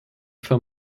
for